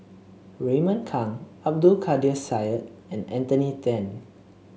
Raymond Kang Abdul Kadir Syed and Anthony Then